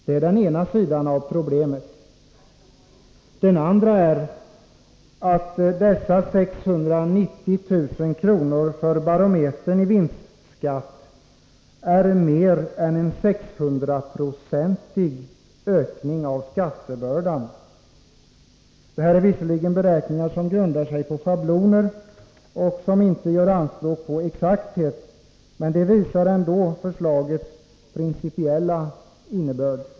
Det är den ena sidan av problemet. Den andra är att dessa 690 000 kr. för Barometern i vinstskatt är mer än en 600-procentig ökning av skattebördan. Det här är visserligen beräkningar som grundar sig på schabloner och som inte gör anspråk på exakthet, men de visar ändå förslagets principiella innebörd.